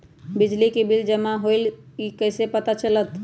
बिजली के बिल जमा होईल ई कैसे पता चलतै?